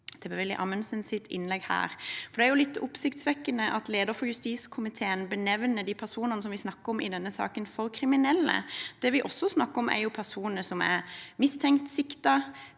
til PerWilly Amundsens innlegg her, for det er litt oppsiktsvekkende at lederen for justiskomiteen benevner de personene som vi snakker om i denne saken, som kriminelle. Det vi snakker om, er jo personer som er mistenkt, siktet